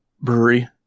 brewery